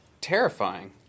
terrifying